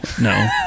No